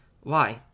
Why